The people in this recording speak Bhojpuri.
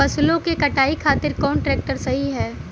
फसलों के कटाई खातिर कौन ट्रैक्टर सही ह?